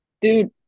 Dude